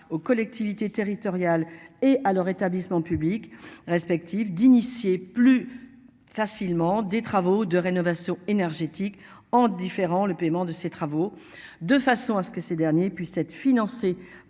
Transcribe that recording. aux collectivités territoriales et à leur établissement public respectifs d'initier plus facilement des travaux de rénovation énergétique en différant le paiement de ces travaux de façon à ce que ces derniers puissent être financés